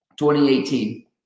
2018